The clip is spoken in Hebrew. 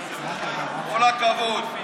כל הכבוד.